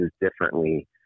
differently